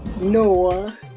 Noah